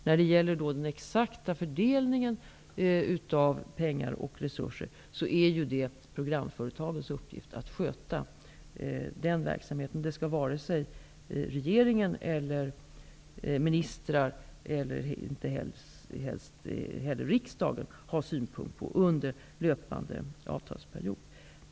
När det gäller den exakta fördelningen av pengar och resurser är det programföretagens uppgift att sköta den verksamheten. Det skall varken regering eller ministrar och inte heller riksdagen ha synpunkter på under löpande avtalsperiod.